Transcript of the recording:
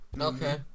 Okay